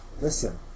Listen